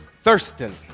Thurston